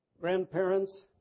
grandparents